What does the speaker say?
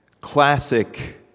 classic